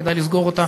כדאי לסגור אותה,